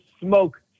smoke